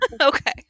Okay